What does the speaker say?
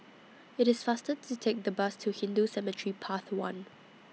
IT IS faster to Take The Bus to Hindu Cemetery Path one